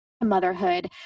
motherhood